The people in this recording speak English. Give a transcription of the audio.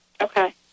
Okay